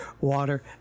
water